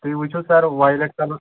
تُہۍ وٕچھِو sir violet colour